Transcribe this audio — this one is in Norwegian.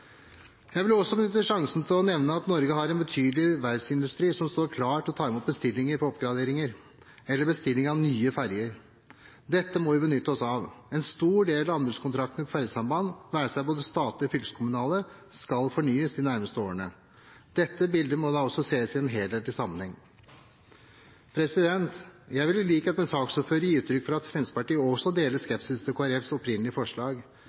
Jeg vil også benytte sjansen til å nevne at Norge har en betydelig verftsindustri som står klar til å ta imot bestillinger på oppgraderinger, eller bestilling av nye ferjer. Dette må vi benytte oss av. En stor del av anbudskontraktene på ferjesamband, det være seg statlige eller fylkeskommunale, skal fornyes de nærmeste årene. Dette bildet må da ses i en helhetlig sammenheng. Jeg vil, i likhet med saksordføreren, gi uttrykk for at Fremskrittspartiet også deler skepsisen til Kristelig Folkepartis opprinnelige forslag,